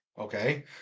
Okay